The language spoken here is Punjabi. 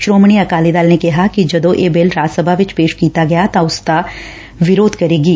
ਸ੍ਰੋਮਣੀ ਅਕਾਲੀ ਦਲ ਨੇ ਕਿਹਾ ਕਿ ਜਦੋਂ ਇਹ ਬਿੱਲ ਰਾਜ ਸਭਾ ਵਿਚ ਪੇਸ਼ ਕੀਤਾ ਗਿਆ ਤਾਂ ਉਹ ਇਸਦਾ ਵਿਰੋਧ ਕਰੇਗੀ